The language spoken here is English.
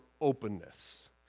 openness